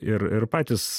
ir ir patys